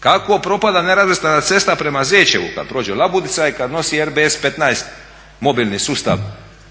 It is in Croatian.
Kako propada nerazvrstana cesta prema Zečevu kada prođe labudica i kada nosi RBS-15 mobilni sustav na